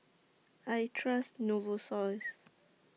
I Trust Novosource